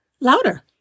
louder